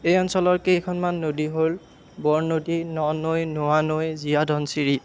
এই অঞ্চলৰ কেইখনমান নদী হ'ল বৰনদী ননৈ নোৱা নৈ জীয়া ধনশিৰি